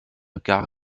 gar